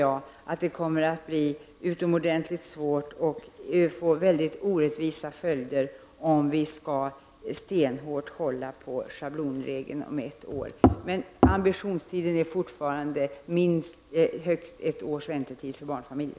Det kommer att bli utomordentligt svårt att få verklig rättvisa, om vi stenhårt skall hålla på schablonregeln om ett år. Men ambitionen är fortfarande högst ett års väntetid för barnfamiljer.